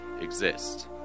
exist